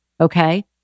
okay